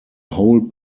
whole